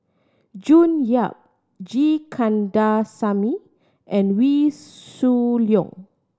June Yap G Kandasamy and Wee Shoo Leong